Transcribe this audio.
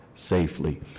safely